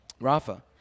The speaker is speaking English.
Rafa